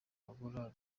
agura